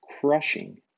crushing